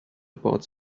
about